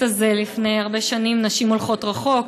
הזה לפני הרבה שנים: נשים הולכות רחוק,